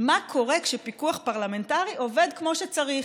מה קורה כשפיקוח פרלמנטרי עובד כמו שצריך.